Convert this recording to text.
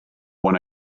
went